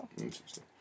Interesting